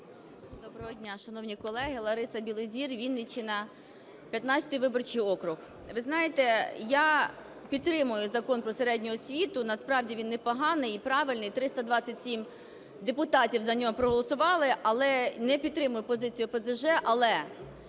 Доброго дня, шановні колеги. Лариса Білозір, Вінниччина, 15 виборчий округ. Ви знаєте, я підтримую Закон про середню освіту, насправді він непоганий і правильний. 327 депутатів за нього проголосували, але не підтримую позицію ОПЗЖ,